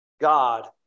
God